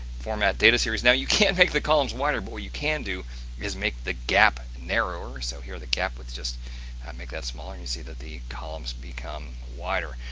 format data series. now you can't make the columns wider, boy! you can do is make the gap narrower. so, here the gap with just make that smaller, and you see that the columns become wider.